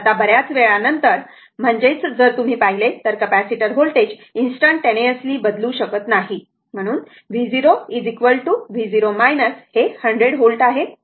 आता बर्याच वेळा नंतर म्हणजेच जर तुम्ही पाहिले तर कॅपेसिटर व्होल्टेज इनस्टन्टटेनियसली बदलू शकत नाही म्हणून v0 v0 हे 100 व्होल्ट आहे